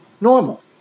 normal